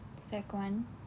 sec one